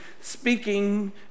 speaking